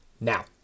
now